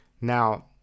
Now